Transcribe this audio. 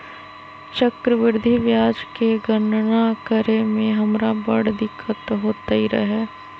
चक्रवृद्धि ब्याज के गणना करे में हमरा बड़ दिक्कत होइत रहै